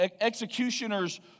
executioner's